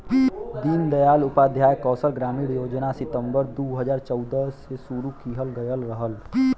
दीन दयाल उपाध्याय कौशल ग्रामीण योजना सितम्बर दू हजार चौदह में शुरू किहल गयल रहल